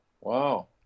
wow